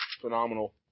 phenomenal